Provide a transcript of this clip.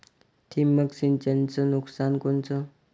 ठिबक सिंचनचं नुकसान कोनचं?